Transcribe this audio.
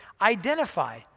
identify